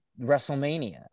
Wrestlemania